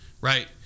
right